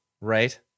right